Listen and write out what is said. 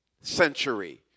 Century